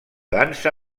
dansa